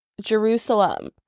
Jerusalem